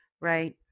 Right